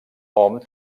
hom